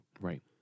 Right